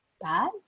bad